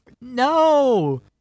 No